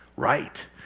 Right